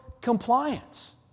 compliance